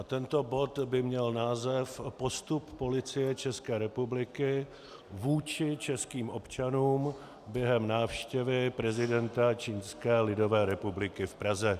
Tento bod by měl název Postup Policie České republiky vůči českým občanům během návštěvy prezidenta Čínské lidové republiky v Praze.